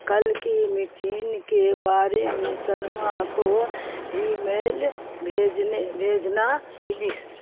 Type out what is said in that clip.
کل کی مٹین کے بارے میں سلما کو ای میل بھیجنے بھیجنا پلس